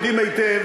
יודעים היטב